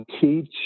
teach